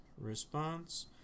response